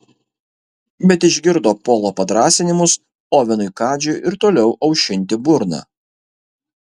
bet išgirdo polo padrąsinimus ovenui kadžiui ir toliau aušinti burną